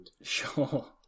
Sure